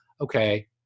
okay